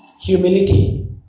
humility